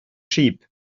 sheep